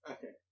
Okay